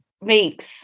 makes